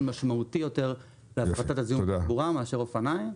משמעותי יותר להפחתת הזיהום מתחבורה מאשר אופניים.